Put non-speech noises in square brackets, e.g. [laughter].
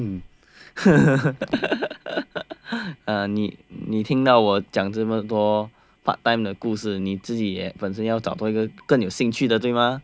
[laughs] 哦你你听到我讲这么多 part time 的故事你自己本身要找到一个更有兴趣的对吗